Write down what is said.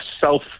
self